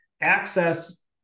Access